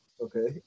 okay